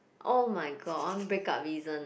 oh-my-god one break up reason ah